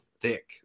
thick